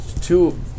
two